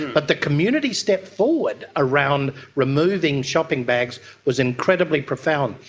but the community step forward around removing shopping bags was incredibly profound.